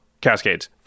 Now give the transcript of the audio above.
Cascades